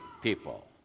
people